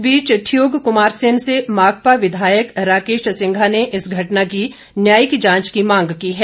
इस बीच ठियोग कुमारसेन से माकपा विधायक राकेश सिंघा ने इस घटना की न्यायिक जांच की मांग की है